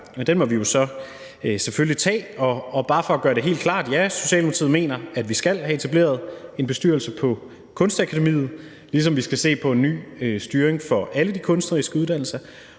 Den må vi jo så selvfølgelig tage. Og bare for at gøre det helt klart: Ja, Socialdemokratiet mener, at vi skal have etableret en bestyrelse på Kunstakademiet, ligesom vi skal se på en ny styring for alle de kunstneriske uddannelser,